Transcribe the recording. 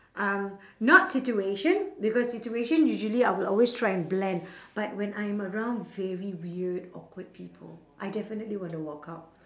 um not situation because situation usually I will always try and blend but when I'm around very weird awkward people I definitely want to walk out